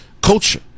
culture